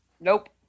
nope